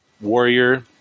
warrior